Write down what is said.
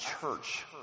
church